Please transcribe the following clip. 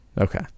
Okay